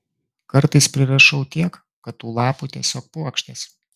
kartais prirašau tiek kad tų lapų tiesiog puokštės